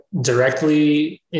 directly